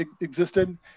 existed